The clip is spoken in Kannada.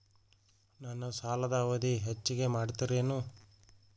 ನನ್ನ ಸಾಲದ ಅವಧಿ ಹೆಚ್ಚಿಗೆ ಮಾಡ್ತಿರೇನು?